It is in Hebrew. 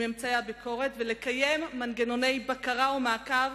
מממצאי הביקורת ולקיים מנגנוני בקרה ומעקב,